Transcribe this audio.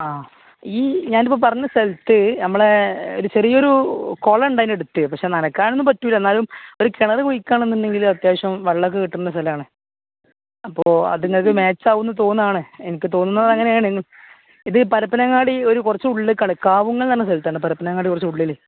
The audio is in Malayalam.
ആ ഈ ഞാൻ ഇപ്പോൾ പറഞ്ഞ സ്ഥലത്ത് നമ്മളുടെ ഒരു ചെറിയൊരു കുളം ഉണ്ട് അതിന് അടുത്ത് പക്ഷെ നനയ്ക്കാനൊന്നും പറ്റില്ല എന്നാലും ഒരു കിണർ കുഴിക്കാൻ ആണെന്ന് ഉണ്ടെങ്കിൽ അത്യാവശ്യം വെള്ളം ഒക്കെ കിട്ടുന്ന സ്ഥലമാണ് അപ്പോൾ അതിന് അത് മാച്ച് ആകുമെന്ന് തോന്നുകയാണ് എനിക്ക് തോന്നുന്നത് അങ്ങനെയാണ് ഇത് പരപ്പനങ്ങാടി ഒരു കുറച്ച് ഉള്ളിൽ കളക്കാവ് എന്ന സ്ഥലത്താണ് പരപ്പനങ്ങാടി കുറച്ച് ഉള്ളിൽ